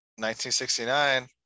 1969